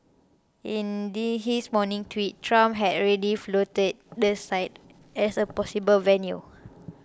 in the his morning tweet Trump had already floated the site as a possible venue